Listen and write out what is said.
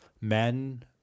men